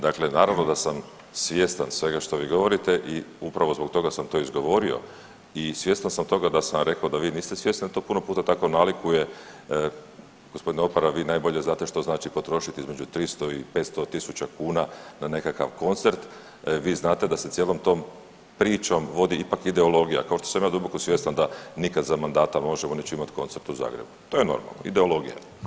Dakle naravno da sam svjestan svega što vi govorite i upravo zbog toga sam to izgovorio i svjestan sam toga da sam vam rekao da vi niste svjesni da to puno puta tako nalikuje, g. Opara, vi najbolje znate što znači potrošiti između 300 i 500 tisuća kuna na nekakav koncert, vi znate da ste cijelom tom pričom vodi ipak ideologija, kao što sam ja duboko svjestan da nikad za mandata Možemo neću imati koncert u Zagrebu, to je normalno, ideologija.